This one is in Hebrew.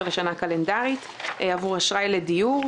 לשנה קלנדרית; שלושה מיליון עבור אשראי לדיור,